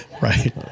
Right